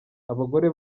abagore